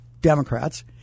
Democrats